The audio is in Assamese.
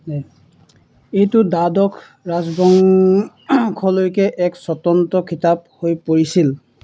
এইটো দ্বাদশ ৰাজবং শলৈকে এক স্বতন্ত্ৰ খিতাপ হৈ পৰিছিল